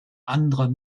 anderer